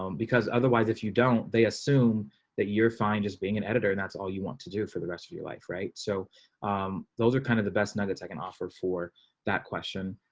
um because otherwise, if you don't they assume that you're fine. just being an editor. and that's all you want to do for the rest of your life. right. so those are kind of the best nuggets, i can offer for that question.